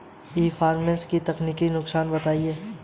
ई commerce के तकनीकी नुकसान बताएं?